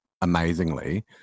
amazingly